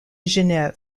genève